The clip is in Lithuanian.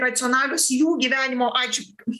racionalios jų gyvenimo atžvilgiu